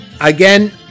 again